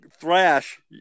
Thrash